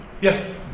Yes